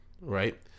right